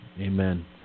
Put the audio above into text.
Amen